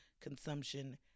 consumption